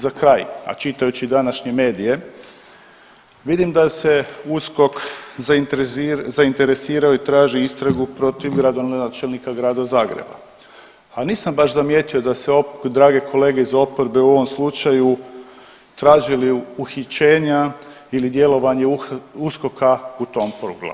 Za kraj, a čitajući današnje medije, vidim da se USKOK zainteresirao i traži istragu protiv gradonačelnika Grada Zagreba, a nisam baš zamijetio da se drage kolege iz oporbe u ovom slučaju tražili uhićenja ili djelovanje USKOK-a u tom programu.